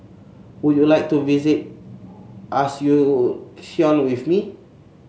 would you like to visit Asuncion with me